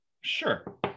Sure